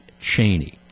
Cheney